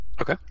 Okay